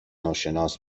ناشناس